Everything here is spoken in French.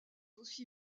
aussi